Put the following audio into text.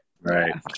Right